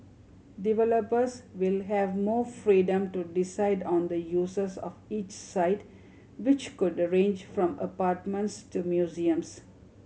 developers will have more freedom to decide on the uses of each site which could arange from apartments to museums